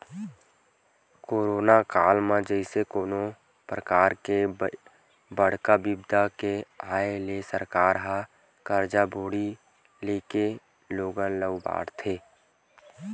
corona काल जइसे कोनो परकार के बड़का बिपदा के आय ले सरकार ह करजा बोड़ी लेके लोगन ल उबारथे